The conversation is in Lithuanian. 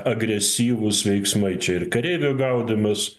agresyvūs veiksmai čia ir kareivių gaudymas